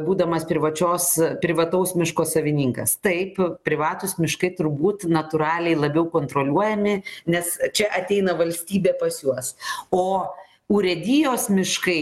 būdamas privačios privataus miško savininkas taip privatūs miškai turbūt natūraliai labiau kontroliuojami nes čia ateina valstybė pas juos o urėdijos miškai